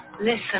Listen